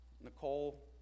Nicole